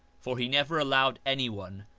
for he never allowed anyone,